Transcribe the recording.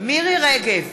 מירי רגב,